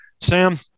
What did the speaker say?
Sam